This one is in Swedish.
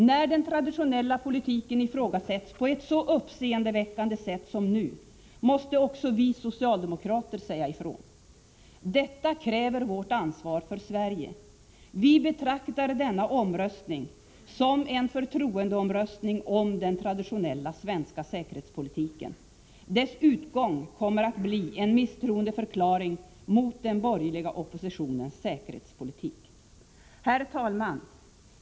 När den traditionella politiken ifrågasätts på ett så uppseendeväckande sätt som nu, måste också vi socialdemokrater säga ifrån. Detta kräver vårt ansvar för Sverige. Vi betraktar denna omröstning som en förtroendeomröstning om den traditionella svenska säkerhetspolitiken. Dess utgång kommer att bli en misstroendeförklaring mot den borgerliga oppositionens säkerhetspolitik. Herr talman!